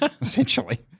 Essentially